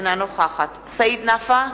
אינה נוכחת סעיד נפאע,